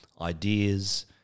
ideas